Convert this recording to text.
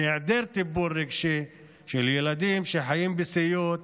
מהיעדר טיפול רגשי לילדים שחיים בסיוט